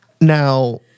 now